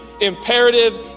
imperative